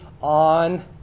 on